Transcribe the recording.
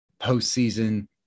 postseason